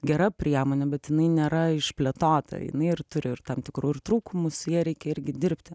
gera priemonė bet jinai nėra išplėtota tai jinai ir turi ir tam tikrų ir trūkumų su ja reikia irgi dirbti